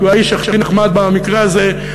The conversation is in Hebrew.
כי הוא האיש הכי נחמד במקרה הזה.